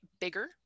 bigger